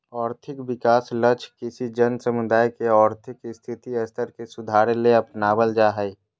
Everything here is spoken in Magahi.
और्थिक विकास लक्ष्य किसी जन समुदाय के और्थिक स्थिति स्तर के सुधारेले अपनाब्ल जा हइ